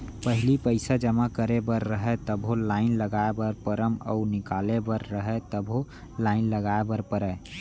पहिली पइसा जमा करे बर रहय तभो लाइन लगाय बर परम अउ निकाले बर रहय तभो लाइन लगाय बर परय